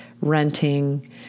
renting